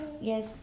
Yes